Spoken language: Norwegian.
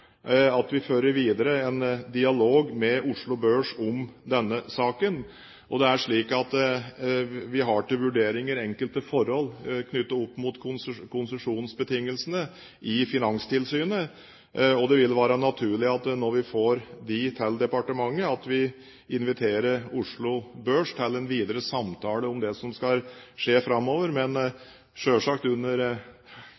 videre en dialog med Oslo Børs om denne saken. Vi har til vurdering enkelte forhold knyttet opp mot konsesjonsbetingelsene i Finanstilsynet. Det vil være naturlig at vi når vi får dem til departementet, inviterer Oslo Børs til en videre samtale om det som skal skje framover, men